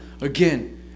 again